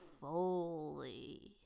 fully